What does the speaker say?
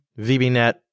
VBNet